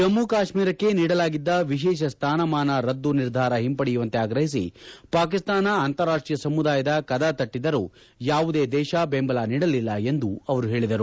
ಜಮ್ನು ಕಾಶ್ಮೀರಕ್ಷೆ ನೀಡಲಾಗಿದ್ದ ವಿಶೇಷ ಸ್ವಾನಮಾನ ರದ್ದು ನಿರ್ಧಾರ ಹಿಂಪಡೆಯುವಂತೆ ಆಗ್ರಹಿಸಿ ಪಾಕಿಸ್ತಾನ ಅಂತಾರಾಷ್ಟೀಯ ಸಮುದಾಯದ ಕದ ತಟ್ಲದರೂ ಯಾವುದೇ ದೇಶ ಬೆಂಬಲ ನೀಡಲಿಲ್ಲ ಎಂದು ಅವರು ಹೇಳಿದರು